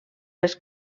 les